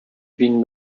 been